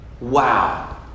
Wow